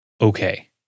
okay